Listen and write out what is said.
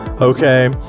okay